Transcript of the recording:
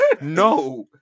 no